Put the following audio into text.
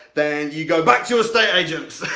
then you go back to estate agents.